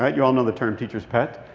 um you all know the term teacher's pet.